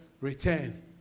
return